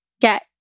get